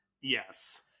Yes